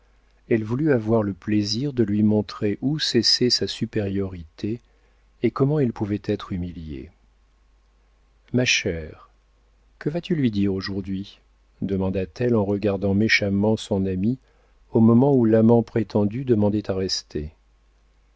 elle voulut avoir le plaisir de lui montrer où cessait sa supériorité et comment elle pouvait être humiliée ma chère que vas-tu lui dire aujourd'hui demanda-t-elle en regardant méchamment son amie au moment où l'amant prétendu demandait à rester